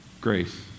Grace